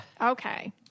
Okay